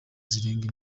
zirenze